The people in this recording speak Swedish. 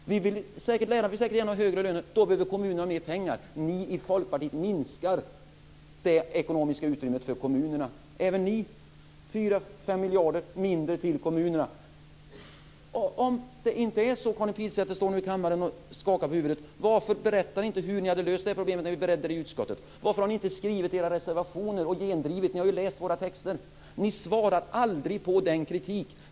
Lärarna vill säkert ha högre löner. Då behöver kommunerna ha mer pengar. Ni i Folkpartiet minskar det ekonomiska utrymmet för kommunerna. Även ni vill ge 4-5 miljarder mindre till kommunerna. Om det inte är så - Karin Pilsäter står här i kammaren och skakar på huvudet - varför berättade ni inte hur ni hade löst problemet när vi beredde frågan i utskottet? Varför har ni inte skrivit det i era reservationer och gendrivit? Ni har ju läst våra texter. Ni svarar aldrig på kritiken.